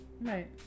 Right